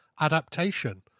adaptation